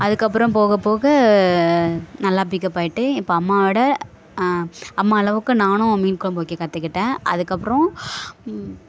அதுக்கப்புறம் போக போக நல்லா பிக்அப் ஆகிட்டு இப்போ அம்மாவை விட அம்மா அளவுக்கு நானும் மீன் கொழம்பு வைக்க கற்றுக்கிட்டேன் அதுக்கப்புறம்